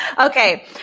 okay